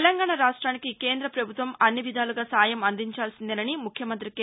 తెలంగాణ రాష్ట్రానికి కేంద్ర ప్రభుత్వం అన్ని విధాలుగా సాయం అందించాల్సిందేనని ముఖ్యమంత్రి కె